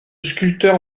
sculpteur